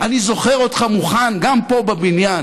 אני זוכר אותך מוכן, גם פה בבניין,